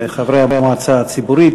לחברי המועצה הציבורית,